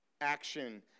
Action